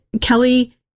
Kelly